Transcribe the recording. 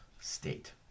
State